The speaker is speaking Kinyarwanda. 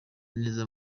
neza